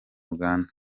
uganda